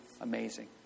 amazing